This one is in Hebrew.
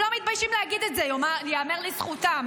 הם לא מתביישים להגיד את זה, ייאמר לזכותם.